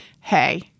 Hey